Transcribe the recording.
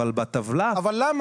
אבל בטבלה תבהיר --- אבל למה?